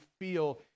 feel